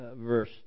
verse